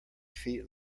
feet